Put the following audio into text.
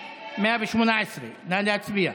118, נא להצביע.